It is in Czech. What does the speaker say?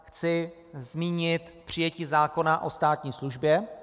Chci zmínit přijetí zákona o státní službě.